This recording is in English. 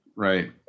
Right